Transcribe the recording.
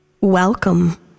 Welcome